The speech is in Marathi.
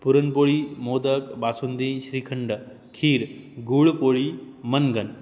पुरणपोळी मोदक बासुंदी श्रीखंड खीर गूळपोळी मनगणं